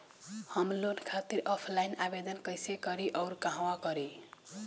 हम लोन खातिर ऑफलाइन आवेदन कइसे करि अउर कहवा करी?